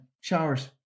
Showers